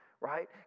Right